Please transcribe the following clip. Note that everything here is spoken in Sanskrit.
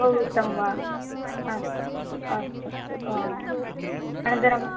बहु उत्तमं वा अस्तु अस्तु अस्तु अ अनन्तरं